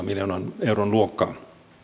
miljoonan euron luokkaa